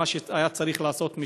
מה שהיה צריך לעשות שנים,